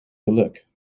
geluk